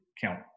count